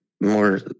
more